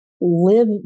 live